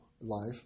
life